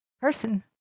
person